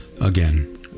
Again